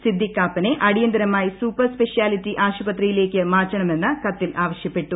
സിദ്ദിഖ് കാപ്പനെ അടിയന്തരമായി super speciality ആശുപത്രിയിലേക്ക് മാറ്റണമെന്ന് കത്തിൽ ആവശ്യപ്പെട്ടു